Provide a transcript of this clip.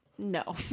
No